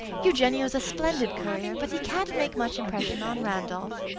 eugenio's a splendid courier, but he can't make much impression on randolph!